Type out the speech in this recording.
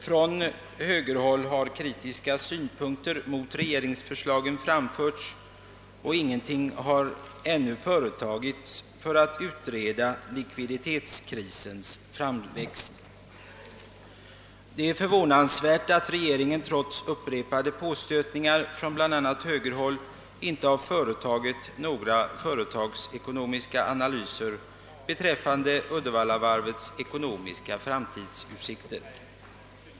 Från högerhåll har kritiska synpunkter mot = regeringsförslagen framförts och ingenting har ännu företagits för att utreda likviditetskrisens framväxt. Det är förvånansvärt att regeringen trots upprepade påstötningar från bl.a. högerhåll inte utfört några företagsekonomiska analyser beträffande Uddevallavarvets ekonomiska framtidsutsikter.